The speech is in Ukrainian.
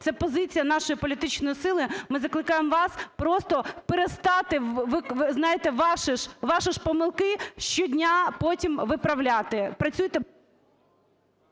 Це позиція нашої політичної сили. Ми закликаємо вас просто перестати, знаєте, ваші ж помилки щодня потім виправляти.